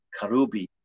Karubi